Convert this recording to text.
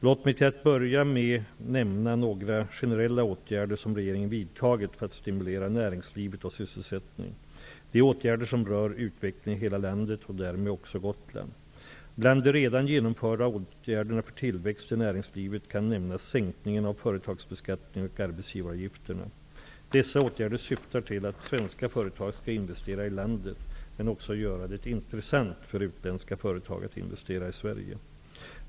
Låt mig till att börja med nämna några generella åtgärder som regeringen vidtagit för att stimulera näringslivet och sysselsättningen. Det är åtgärder som rör utvecklingen i hela landet och därmed också Gotland. Bland de redan genomförda åtgärderna för tillväxt i näringslivet kan nämnas sänkningen av företagsbeskattningen och arbetsgivaravgifterna. Dessa åtgärder syftar till att svenska företag skall investera i landet men också göra det intressant för utländska företag att investera i Sverige.